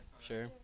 Sure